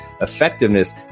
effectiveness